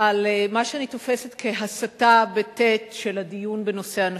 על מה שאני תופסת כהסטה של הדיון בנושא הנשים.